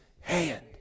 hand